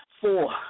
four